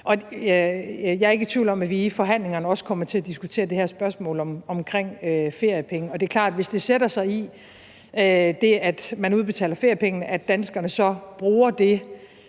Jeg er ikke i tvivl om, at vi i forhandlingerne også kommer til at diskutere det her spørgsmål om feriepenge, og det er klart, at hvis det, at man udbetaler feriepengene, sætter sig i, at danskerne så bruger dem,